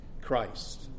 Christ